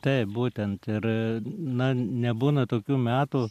taip būtent ir na nebūna tokių metų